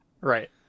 Right